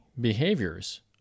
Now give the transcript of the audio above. behaviors